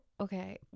okay